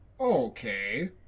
Okay